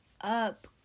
up